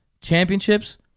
championships